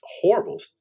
horrible